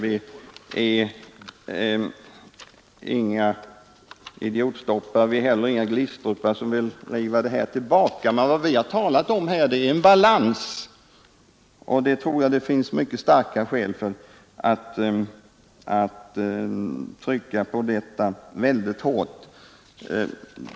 Vi är inga idiotstoppare, och politiska åtgärder heller inga Glistrupar som vill driva utvecklingen tillbaka. Men vad vi har talat om är en balans, och jag tror att det finns starka skäl att trycka mycket hårt på detta.